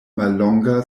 mallonga